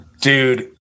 Dude